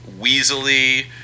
weaselly